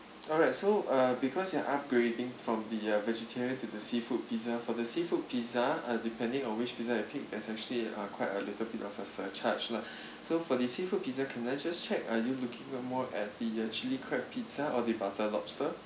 alright so uh because you are upgrading from the uh vegetarian to the seafood pizza for the seafood pizza uh depending on which pizza you pick it's actually uh quite a little bit of a surcharge lah so for the seafood pizza can I just check are you looking more at the uh chilli crab pizza or the butter lobster